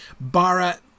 Bara